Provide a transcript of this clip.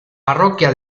parroquia